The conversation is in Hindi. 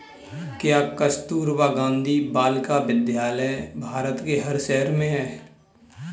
क्या कस्तूरबा गांधी बालिका विद्यालय भारत के हर शहर में है?